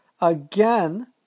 again